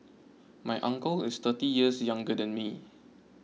my uncle is thirty years younger than me